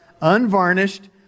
unvarnished